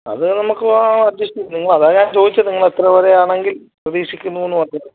അത് നമുക്ക് ആ അത്യാവശ്യം നിങ്ങൾ അതാണ് ഞാൻ ചോദിച്ചത് നിങ്ങൾ എത്രവരെയാണെങ്കിൽ പ്രതീക്ഷിക്കുന്നൂന്ന് പറഞ്ഞത്